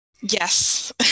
Yes